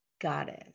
goddess